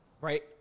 right